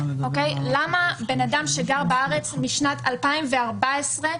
בן אדם שגר בארץ משנת 2014,